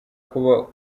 kuba